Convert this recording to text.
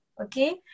Okay